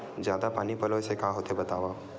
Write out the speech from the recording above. जादा पानी पलोय से का होथे बतावव?